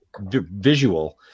visual